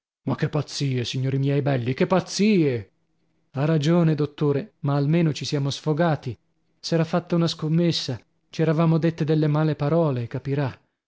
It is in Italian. ma che pazzie signori miei belli che pazzie ha ragione dottore ma almeno ci siamo sfogati s'era fatta una scommessa ci eravamo dette delle male parole capirà